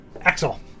Axel